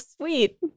sweet